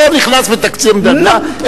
לא נכנס בתקציב המדינה,